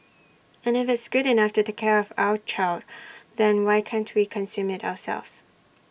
and if it's good enough to take care of our child then why can't we consume IT ourselves